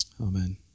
Amen